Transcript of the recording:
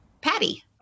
Patty